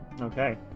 Okay